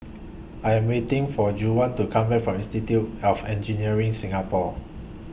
I Am waiting For Juwan to Come Back from Institute of Engineers Singapore